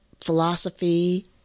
philosophy